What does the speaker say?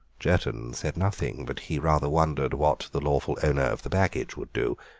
jerton said nothing, but he rather wondered what the lawful owner of the baggage would do.